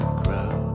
grow